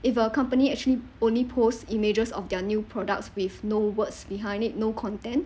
if a company actually only posts images of their new products with no words behind it no content